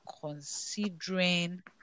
considering